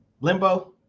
Limbo